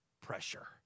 pressure